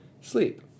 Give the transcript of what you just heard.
sleep